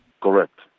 Correct